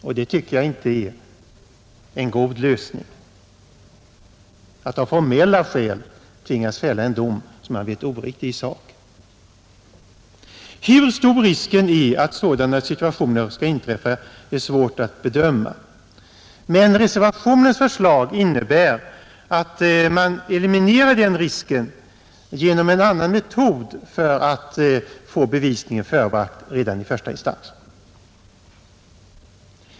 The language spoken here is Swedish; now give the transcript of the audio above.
Och det tycker jag inte är en god lösning, att av formella skäl tvingas fälla en dom som man vet är oriktig i sak. Hur stor risken är att sådana situationer skall inträffa är svårt att bedöma. Men reservationens förslag innebär att man eliminerar den risken genom en annan metod för att få bevisningen förebragt redan i första instans.